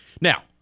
Now